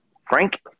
frank